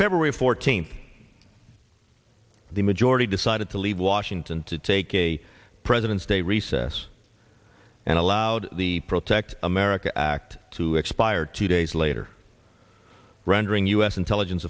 february fourteenth the majority decided to leave washington to take a president's day recess and allowed the protect america act to expire two days later rendering u s intelligence